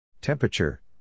temperature